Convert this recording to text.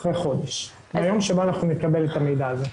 אחרי חודש מהיום שבו אנחנו נקבל את המידע הזה.